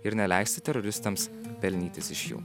ir neleisti teroristams pelnytis iš jų